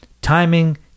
Timing